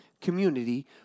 community